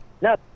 No